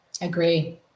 Agree